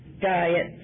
Diet